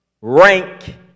rank